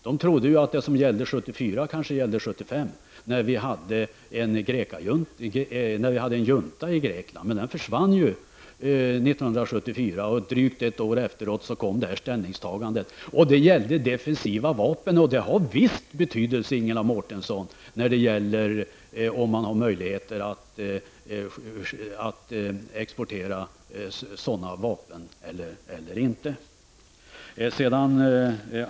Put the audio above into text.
De trodde att det som gällde 1974, när en junta regerade i Grekland, kanske gällde 1975. Men juntan försvann 1974 och drygt ett år efteråt kom detta ställningstagande. Det gällde defensiva vapen. Det har visst betydelse, Ingela Mårtensson, om man har möjlighet att exportera sådana vapen eller inte.